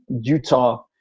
Utah